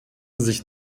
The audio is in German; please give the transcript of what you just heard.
sich